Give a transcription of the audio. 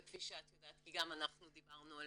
וכפי שאת יודעת כי גם אנחנו דיברנו על